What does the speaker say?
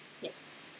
Yes